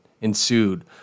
ensued